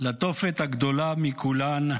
לתופת הגדולה מכולן,